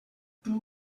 two